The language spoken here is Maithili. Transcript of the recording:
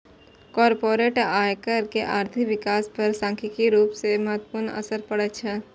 कॉरपोरेट आयकर के आर्थिक विकास पर सांख्यिकीय रूप सं महत्वपूर्ण असर पड़ै छै